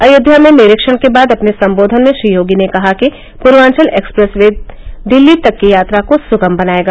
अयोध्या में निरीक्षण के बाद अपने सम्बोधन में श्री योगी ने कहा कि पूर्वाचल एक्सप्रेस वे दिल्ली तक की यात्रा को सुगम बनायेगा